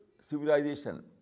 civilization